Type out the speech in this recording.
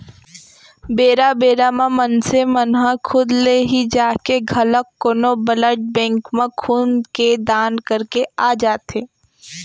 बेरा बेरा म मनसे मन ह खुद ले ही जाके घलोक कोनो ब्लड बेंक म खून के दान करके आ जाथे